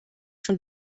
schon